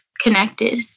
connected